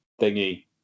thingy